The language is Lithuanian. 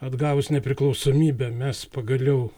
atgavus nepriklausomybę mes pagaliau